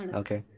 okay